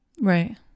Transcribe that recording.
Right